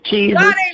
Jesus